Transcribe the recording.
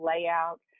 layout